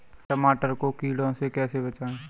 टमाटर को कीड़ों से कैसे बचाएँ?